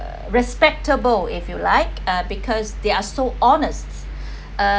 uh respectable if you like uh because they are so honest uh